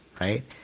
Right